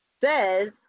says